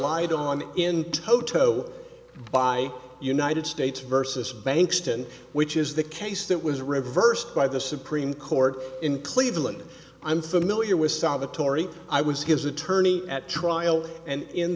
relied on in toto by united states versus bankston which is the case that was reversed by the supreme court in cleveland i'm familiar with salvatore i was his attorney at trial and in